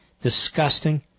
disgusting